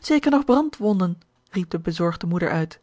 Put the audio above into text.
zeker nog brandwonden riep de bezorgde moeder uit